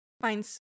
finds